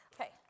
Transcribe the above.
okay